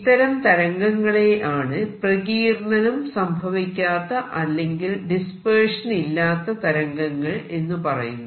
ഇത്തരം തരംഗങ്ങളെയാണ് പ്രകീർണ്ണനം സംഭവിക്കാത്ത അല്ലെങ്കിൽ ഡിസ്പെർഷൻ ഇല്ലാത്ത തരംഗങ്ങൾ എന്ന് പറയുന്നത്